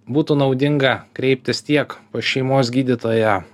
būtų naudinga kreiptis tiek pas šeimos gydytoją